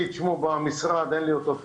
רשום לי במשרד, אין לי את זה פה.